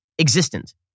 existent